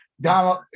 Donald